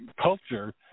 culture